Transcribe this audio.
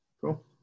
Cool